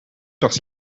parce